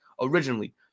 originally